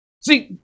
See